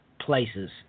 places